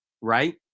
right